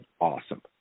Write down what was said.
awesome